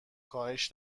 کاهش